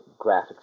graphics